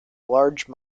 large